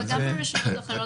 אבל גם ברשויות אחרות,